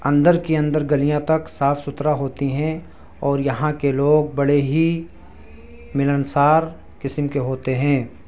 اندر کی اندر گلیاں تک صاف ستھرا ہوتی ہیں اور یہاں کے لوگ بڑے ہی ملنسار قسم کے ہوتے ہیں